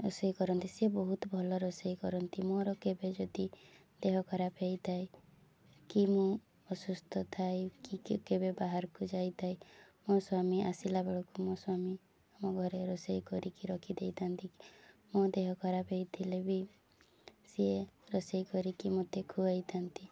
ରୋଷେଇ କରନ୍ତି ସିଏ ବହୁତ ଭଲ ରୋଷେଇ କରନ୍ତି ମୋର କେବେ ଯଦି ଦେହ ଖରାପ ହେଇଥାଏ କି ମୁଁ ଅସୁସ୍ଥ ଥାଏ କି କେବେ ବାହାରକୁ ଯାଇଥାଏ ମୋ ସ୍ୱାମୀ ଆସିଲା ବେଳକୁ ମୋ ସ୍ୱାମୀ ଆମ ଘରେ ରୋଷେଇ କରିକି ରଖିଦେଇଥାନ୍ତି ମୋ ଦେହ ଖରାପ ହେଇଥିଲେ ବି ସିଏ ରୋଷେଇ କରିକି ମୋତେ ଖୁଆଇଥାନ୍ତି